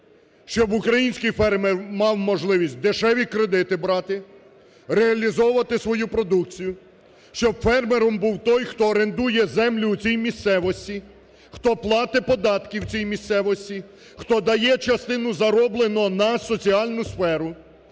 Щоб український фермер мав можливість дешеві кредити брати, реалізовувати свою продукцію, щоб фермером був той, хто орендує землю в цій місцевості, хто платить податки в цій місцевості, хто дає частину заробленого на соціальну сферу.